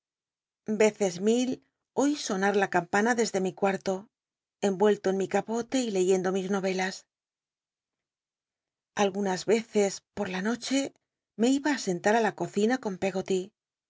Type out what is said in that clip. veces mil oí sona la ca mpana desde mi cual'lo cnrucllo en mi e pote y leyendo mis novelas algunas cccs por la noche me iba i sentar á la cocina con pcggoly